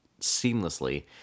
seamlessly